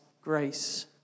grace